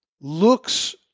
looks